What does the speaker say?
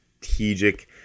strategic